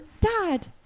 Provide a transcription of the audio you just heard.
Dad